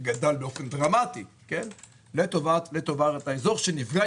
שגדל באופן דרמטי לטובת האזור שנפגע